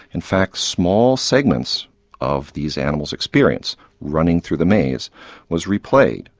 in fact small segments of these animals' experience running through the maze was replayed.